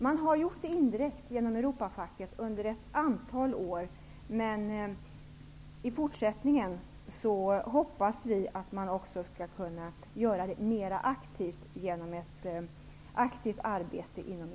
Man har under ett antal år kunnat påverka indirekt genom Europafacket, men i fortsättningen hoppas vi att man också skall kunna påverka mer aktivt genom ett aktivt arbete inom